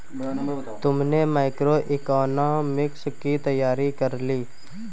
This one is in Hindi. तुमने मैक्रोइकॉनॉमिक्स की तैयारी कर ली?